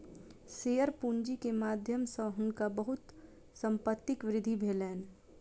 share पूंजी के माध्यम सॅ हुनका बहुत संपत्तिक वृद्धि भेलैन